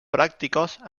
prácticos